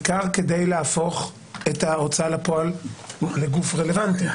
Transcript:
בעיקר כדי להפוך את ההוצאה לפועל לגוף רלוונטי.